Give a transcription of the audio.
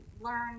learn